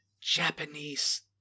Japanese